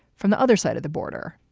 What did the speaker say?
from the other side of the border.